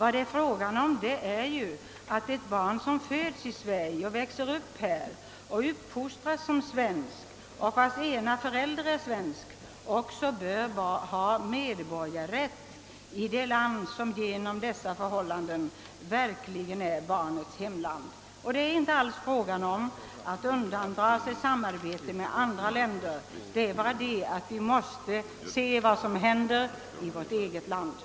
Det gäller ju att ett barn som föds i Sverige, växer upp här, uppfostras som svensk och vars ena förälder är svensk också bör ha medborgarrätt i det land som genom dessa förhållanden verkligen är barnets hemland. Det rör sig inte alls om att undandra sig ett samarbete med andra länder, men vi måste ta hänsyn till vad som händer i vårt eget och de människor som lever och bor här.